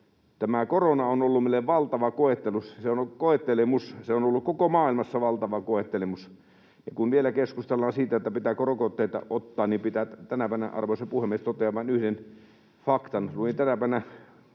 Tämä korona on ollut meille valtava koettelemus. Se on ollut koko maailmassa valtava koettelemus. Ja kun vielä keskustellaan siitä, pitääkö rokotteita ottaa, niin arvoisa puhemies, totean vain yhden faktan. Kun luin tänäpänä